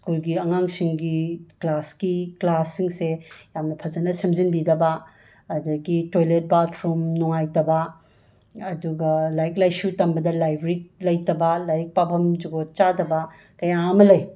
ꯁ꯭ꯀꯨꯜꯒꯤ ꯑꯉꯥꯡꯁꯤꯡꯒꯤ ꯀ꯭ꯂꯥꯁꯀꯤ ꯀ꯭ꯂꯥꯁꯁꯤꯡꯁꯦ ꯌꯥꯝꯅ ꯐꯖꯅ ꯁꯦꯝꯖꯤꯟꯕꯤꯗꯕ ꯑꯗꯒꯤ ꯇꯣꯏꯂꯦꯠ ꯕꯥꯊꯔꯨꯝ ꯅꯨꯡꯉꯥꯏꯇꯕ ꯑꯗꯨꯒ ꯂꯥꯏꯔꯤꯛ ꯂꯥꯏꯁꯨ ꯇꯝꯕꯗ ꯂꯥꯏꯕ꯭ꯔꯦꯔꯤ ꯂꯩꯇꯕ ꯂꯥꯏꯔꯤꯛ ꯄꯥꯐꯝ ꯖꯨꯒꯣꯠ ꯆꯥꯗꯕ ꯀꯌꯥ ꯑꯃ ꯂꯩ